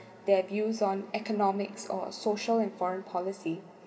they abuse on economics or social and foreign policy